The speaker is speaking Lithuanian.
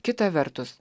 kita vertus